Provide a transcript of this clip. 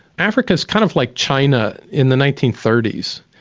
africa's kind of like china in the nineteen thirty s,